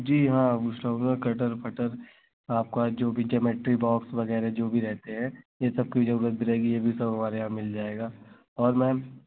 जी हाँ कटर फटर आपको जो भी ज्यॉमेट्री बॉक्स वग़ैरह जो भी रहता है यह सब कभी ज़रूरत भी रहेगी यह भी सब हमारे यहाँ मिल जाएगा और मैम